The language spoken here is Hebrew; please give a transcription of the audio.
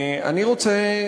אני רוצה,